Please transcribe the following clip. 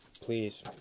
Please